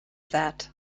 that